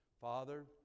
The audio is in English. Father